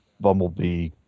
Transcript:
Bumblebee